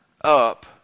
up